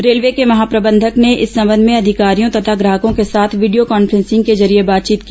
railway के महाप्रबंधक ने इस संबंध में अधिकारियों तथा ग्राहकों के साथ वीडियो कॉन्फ्रेंसिंग के जरिये बातचीत की